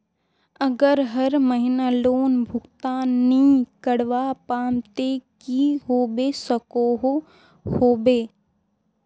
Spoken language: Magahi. अगर हर महीना लोन भुगतान नी करवा पाम ते की होबे सकोहो होबे?